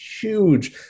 huge